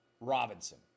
Robinson